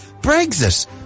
Brexit